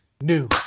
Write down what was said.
New